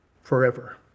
forever